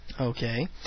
Okay